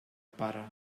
pare